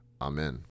amen